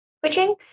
switching